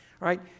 right